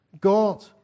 God